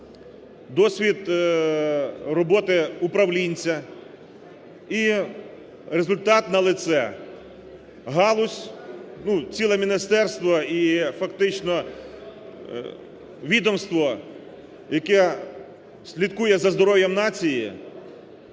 досвід роботи управлінця, і результат на лице: галузь, ну, ціле міністерство і фактично відомство, яке слідкує за здоров'ям нації,